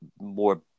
more